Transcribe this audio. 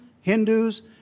Hindus